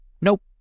Nope